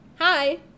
Hi